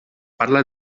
parla